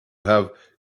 have